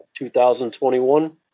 2021